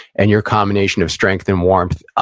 and your combination of strength and warmth,